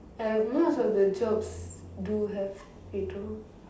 and most of the jobs do have it though